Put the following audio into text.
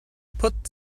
put